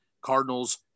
Cardinals